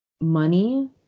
money